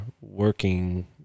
working